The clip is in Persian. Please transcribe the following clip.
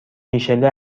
میشله